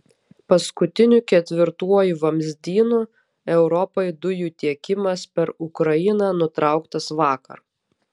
paskutiniu ketvirtuoju vamzdynu europai dujų tiekimas per ukrainą nutrauktas vakar